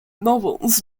novels